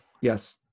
Yes